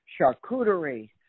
charcuterie